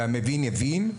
והמבין יבין.